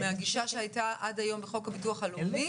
מהגישה שהייתה עד היום בחוק הביטוח הלאומי,